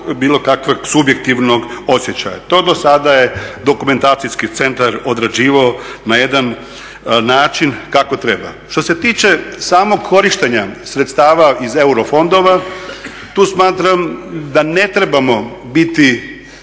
bilo kakvog subjektivnog osjećaja. To do sada je dokumentacijski centar odrađivao na jedan način kako treba. Što se tiče samog korištenja sredstava iz euro fondova, tu smatram da ne trebamo biti